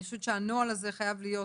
אני חושבת שהנוהל הזה חייב להיות,